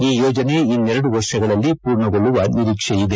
ಈ ಯೋಜನೆ ಇನ್ನೆರಡು ವರ್ಷಗಳಲ್ಲಿ ಪೂರ್ಣಗೊಳ್ಳುವ ನಿರೀಕ್ಷೆ ಇದೆ